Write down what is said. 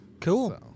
Cool